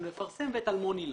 נפרסם ואת אלמוני לא.